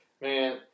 man